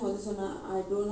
ya he